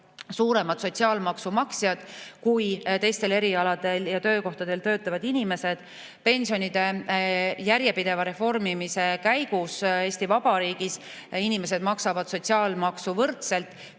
suurema sotsiaalmaksu maksjad kui teistel erialadel ja töökohtadel töötavad inimesed. Pensionide järjepideva reformimise [tulemusel] Eesti Vabariigis inimesed maksavad sotsiaalmaksu võrdselt,